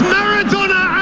Maradona